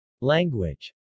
Language